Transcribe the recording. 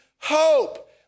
hope